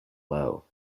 low